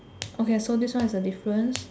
okay so this one is the difference